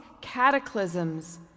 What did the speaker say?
cataclysms